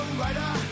rider